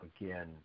again